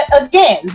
again